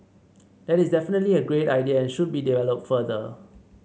that is definitely a great idea and should be developed further